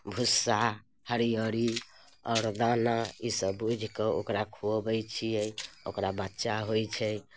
भुस्सा हरियरी और दाना ईसभ भूइज कऽ ओकरा खुअबै छियै ओकरा बच्चा होइ छै